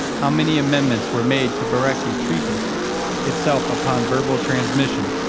how many amendments were made to bereke's treatise itself upon verbal transmission, but